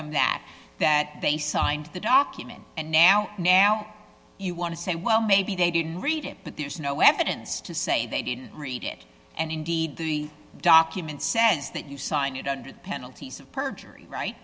on that that they signed the document and now now you want to say well maybe they didn't read it but there's no evidence to say they didn't read it and indeed the document says that you signed it under penalty of perjury right